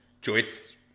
Joyce